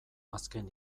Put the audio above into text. azken